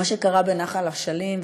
מה שקרה בנחל אשלים,